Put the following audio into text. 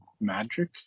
magic